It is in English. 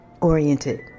oriented